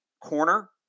corner